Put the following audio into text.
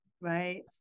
right